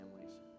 families